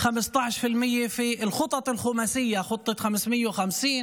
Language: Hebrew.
הצדק והשוויון,